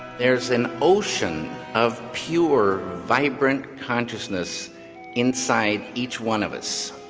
there's an ocean of pure, vibrant consciousness inside each one of us